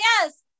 yes